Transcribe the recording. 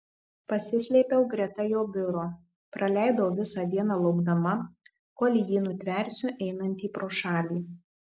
pasislėpiau greta jo biuro praleidau visą dieną laukdama kol jį nutversiu einantį pro šalį